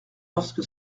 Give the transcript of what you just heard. lorsque